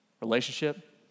Relationship